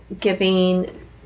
giving